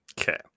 okay